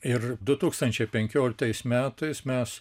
ir du tūkstančiai penkioliktais metais mes